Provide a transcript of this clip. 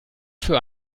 für